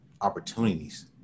opportunities